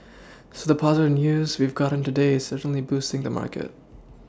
so the positive news we've gotten today is certainly boosting the market